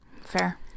Fair